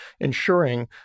ensuring